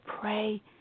pray